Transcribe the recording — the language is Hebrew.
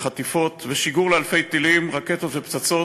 לחטיפות, ושיגור אלפי טילים, רקטות ופצצות.